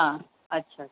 हा अछा